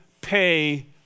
pay